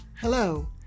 Hello